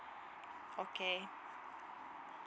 okay